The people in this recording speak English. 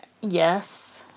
yes